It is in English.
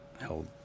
held